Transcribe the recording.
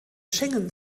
schengen